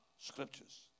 Scriptures